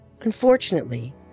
Unfortunately